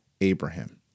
Abraham